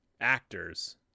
actors